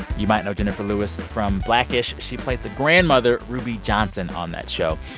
you might know jenifer lewis from black-ish. she plays the grandmother, ruby johnson, on that show.